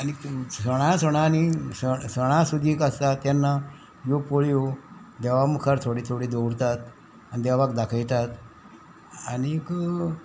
आनीक सणा सणांनी सण सणा सुदीक आसता तेन्ना ह्यो पोळयो देवा मुखार थोडी थोडी दवरतात आनी देवाक दाखयतात आनीक